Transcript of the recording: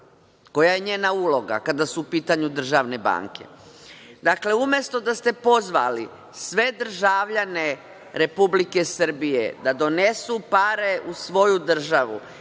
Koja je njena uloga kada su u pitanju državne banke? Dakle, umesto da ste pozvali sve državljane Republike Srbije da donesu pare u svoju državu,